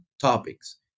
topics